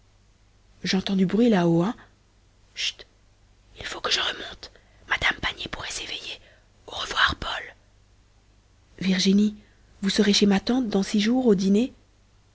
j'entends du bruit là-haut hein chut il faut que je remonte madame pannier pourrait s'éveiller au revoir paul virginie vous serez chez ma tante dans six jours au dîner